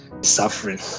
suffering